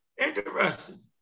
interesting